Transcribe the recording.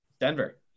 Denver